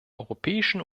europäischen